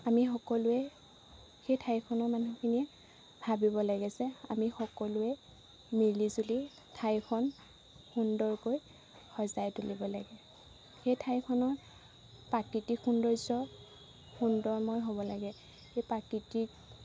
আমি সকলোৱে সেই ঠাইখনৰ মানুহখিনিয়ে ভাবিব লাগে যে আমি সকলোৱে মিলি জুলি ঠাইখন সুন্দৰকৈ সজাই তুলিব লাগে সেই ঠাইখনৰ প্ৰাকৃতিক সৌন্দৰ্য সুন্দৰময় হ'ব লাগে সেই প্ৰাকৃতিক